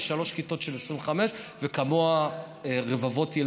שלוש כיתות של 25,